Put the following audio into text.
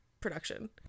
production